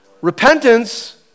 repentance